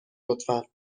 لطفا